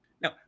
now